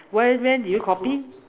when when did you copy